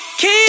Keep